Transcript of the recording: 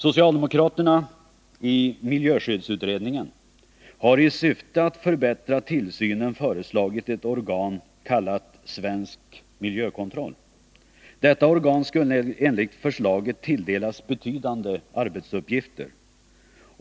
Socialdemokraterna i miljöskyddsutredningen har i syfte att förbättra tillsynen föreslagit ett organ kallat Svensk Miljökontroll. Detta organ skulle enligt förslaget tilldelas betydande arbetsuppgifter.